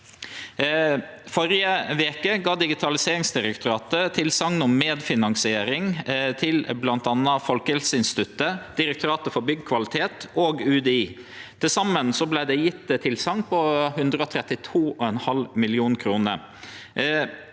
førre veke gav Digitaliseringsdirektoratet tilsegn om medfinansiering til bl.a. Folkehelseinstituttet, Direktoratet for byggkvalitet og UDI. Til saman vart det gjeve tilsegn på 132,5 mill. kr.